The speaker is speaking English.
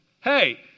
Hey